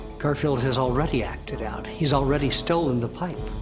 garfield has already acted out. he's already stolen the pipe.